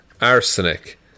Arsenic